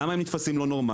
למה הם נתפסים לא נורמליים?